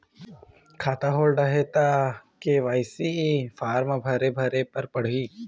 खाता होल्ड हे ता के.वाई.सी फार्म भरे भरे बर पड़ही?